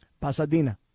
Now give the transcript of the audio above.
Pasadena